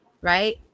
right